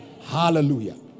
Hallelujah